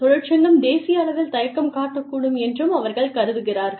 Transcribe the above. தொழிற்சங்கம் தேசிய அளவில் தயக்கம் காட்டக்கூடும் என்றும் அவர்கள் கருதுகிறார்கள்